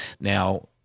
now